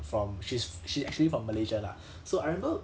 from she's she actually from malaysia lah so I remember